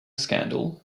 scandal